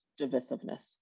divisiveness